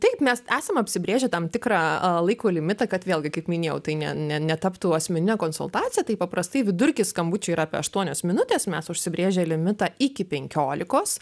taip mes esam apsibrėžę tam tikrą laiko limitą kad vėlgi kaip minėjau tai ne ne netaptų asmene konsultacija tai paprastai vidurkis skambučių yra apie aštuonios minutės mes užsibrėžę limitą iki penkiolikos